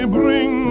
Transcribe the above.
bring